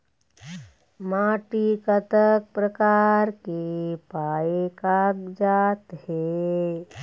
माटी कतक प्रकार के पाये कागजात हे?